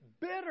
bitter